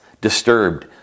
disturbed